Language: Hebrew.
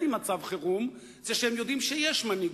עם מצב חירום זה שהם יודעים שיש מנהיגות,